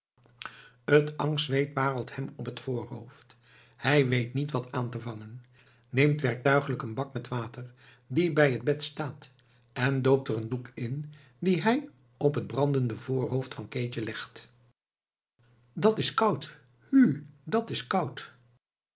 t angstzweet parelt hem op het voorhoofd hij weet niet wat aan te vangen neemt werktuigelijk een bak met water die bij t bed staat en doopt er een doek in dien hij op t brandende voorhoofd van keetje legt dat's koud hu dat's koud